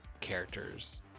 characters